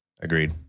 Agreed